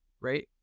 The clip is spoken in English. right